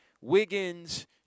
Wiggins